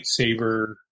lightsaber